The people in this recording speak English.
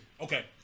Okay